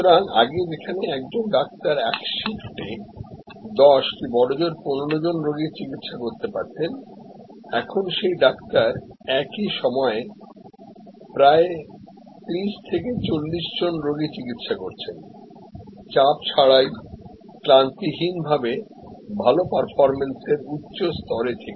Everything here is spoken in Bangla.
সুতরাং আগে যেখানে একজন ডাক্তার একশিফটে 10 কি বড়জোর 15 জন রোগীর চিকিৎসা করতে পারতেন এখন সেই ডাক্তার একই সময়ে প্রায় 30 থেকে 40 জন রোগী চিকিৎসা করছেন চাপ ছাড়াই ক্লান্তিহীন ভাবেভাল পারফরম্যান্সের উচ্চ স্তরে থেকে